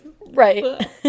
right